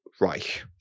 Reich